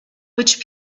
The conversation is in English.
which